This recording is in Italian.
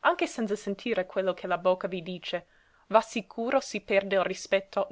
anche senza sentire quello che la bocca vi dice v'assicuro si perde il rispetto